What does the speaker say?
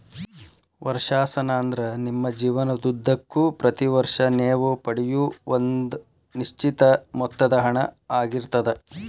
ವರ್ಷಾಶನ ಅಂದ್ರ ನಿಮ್ಮ ಜೇವನದುದ್ದಕ್ಕೂ ಪ್ರತಿ ವರ್ಷ ನೇವು ಪಡೆಯೂ ಒಂದ ನಿಶ್ಚಿತ ಮೊತ್ತದ ಹಣ ಆಗಿರ್ತದ